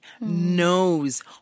knows